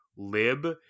Lib